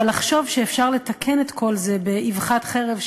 אבל לחשוב שאפשר לתקן את כל זה באבחת חרב,